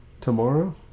tomorrow